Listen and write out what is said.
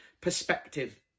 perspective